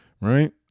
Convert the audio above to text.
right